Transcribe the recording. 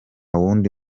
wundi